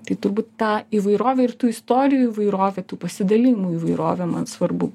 tai turbūt ta įvairovę ir tų istorijų įvairovę tų pasidalijimų įvairovę man svarbu